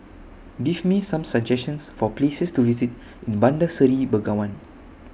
Give Me Some suggestions For Places to visit in Bandar Seri Begawan